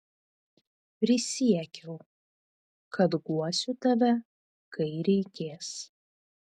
prisiekiau kad guosiu tave kai reikės